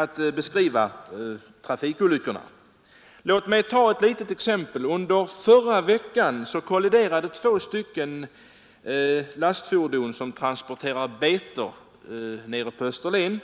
att beskriva trafikolyckorna. Låt mig där bara ta ett litet exempel. Förra veckan kolliderade två lastfordon som transporterar betor nere på Österlen.